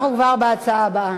אנחנו כבר בהצעה הבאה.